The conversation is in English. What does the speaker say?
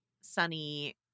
Sunny